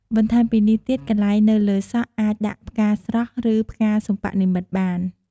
បន្តែមពីនេះទៀតកន្លែងនៅលើសក់អាចដាក់ផ្កាស្រស់ឬផ្កាសិប្បនិម្មិតបាន។